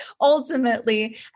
ultimately